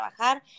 trabajar